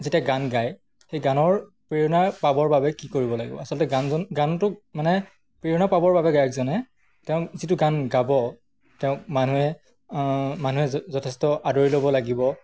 যেতিয়া গান গায় সেই গানৰ প্ৰেৰণা পাবৰ বাবে কি কৰিব লাগিব আচলতে গানজন গানটোক মানে প্ৰেৰণা পাবৰ বাবে গায়কজনে তেওঁ যিটো গান গাব তেওঁক মানুহে মানুহে যথেষ্ট আদৰি ল'ব লাগিব